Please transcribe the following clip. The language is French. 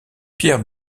pierre